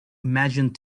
imagined